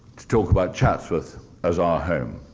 to talk about chatsworth as our home.